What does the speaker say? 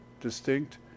distinct